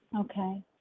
Okay